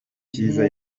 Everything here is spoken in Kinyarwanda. cyiza